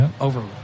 over